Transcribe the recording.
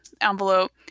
envelope